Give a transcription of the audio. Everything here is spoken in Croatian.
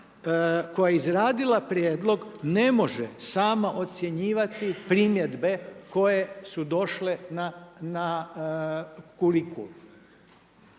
koja je izradila prijedlog ne može sama ocjenjivati primjedbe koje su došle na kurikul.